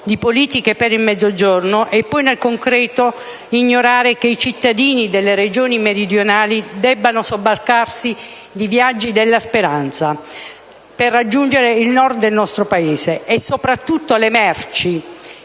di politiche per il Mezzogiorno e poi, nel concreto, ignorare che i cittadini delle Regioni meridionali debbono sobbarcarsi di viaggi della speranza per raggiungere il Nord del nostro Paese e che soprattutto le merci